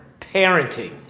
parenting